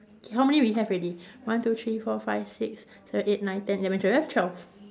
K how many we have already one two three four five six seven eight nine ten eleven twelve we have twelve